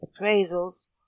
appraisals